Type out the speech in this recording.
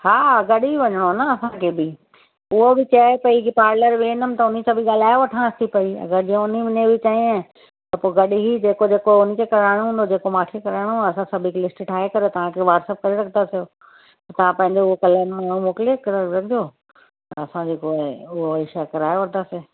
हा गॾु ई वञिणो हुओ न असांखे बि उहा बि चए पेई कि पार्लर वेंदमि त हुन सां बि ॻाल्हाए वठांसि थी पेई जे अगरि हुन हुन बि चयई त पोइ गॾु ई जेको जेको हुनखे कराइणो हूंदो जेको मांखे कराइणो हूंदो त असां सभु हिकु लिस्ट ठाहे करे तव्हांखे सभु वाट्सप करे रखंदासीं तव्हां पंहिंजो मोकिले रखिजो त असां जेको आहे उहो ई शइ कराए वठंदासीं